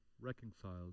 reconciled